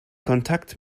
kontakt